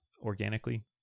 organically